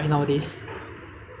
like for example now the